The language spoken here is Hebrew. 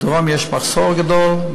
בדרום יש מחסור גדול,